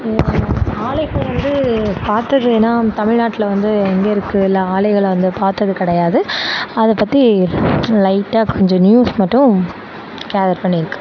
ஆலைகள் வந்து பார்த்ததுனால் தமிழ்நாட்டில் வந்து எங்கே இருக்குது எல்லா ஆலைகளை வந்து பார்த்தது கிடையாது அதை பற்றி லைட்டாக கொஞ்சம் நியூஸ் மட்டும் கேதர் பண்ணியிருக்கேன்